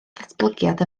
ddatblygiad